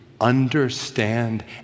understand